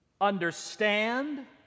understand